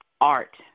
art